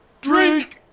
Drink